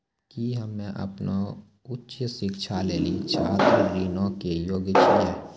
कि हम्मे अपनो उच्च शिक्षा लेली छात्र ऋणो के योग्य छियै?